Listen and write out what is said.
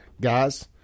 Guys